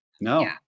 no